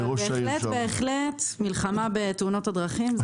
אבל בהחלט, מלחמה בתאונות הדרכים, זה חייב.